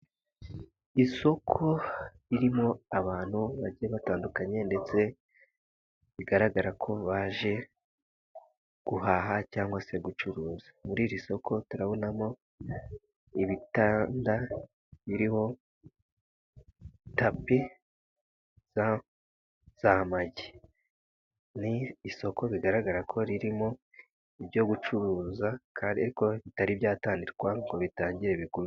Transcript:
Isoko ririmo abantu bajya batandukanye ndetse bigaragara ko baje guhaha cyangwa se gucuruza, muri iri soko turabonamo ibitanda biriho tapi za magi, ni isoko bigaragara ko ririmo ibyo gucuruza kandi ko bitari byatandikwa ngo bitangirika.